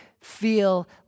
feel